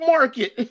Market